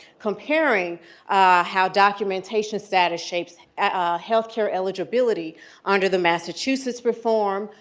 comparing how documentation status shapes ah health care eligibility under the massachusetts reform,